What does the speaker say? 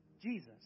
Jesus